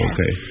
Okay